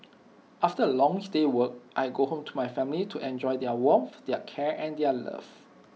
after A longs day work I go home to my family to enjoy their warmth their care and their love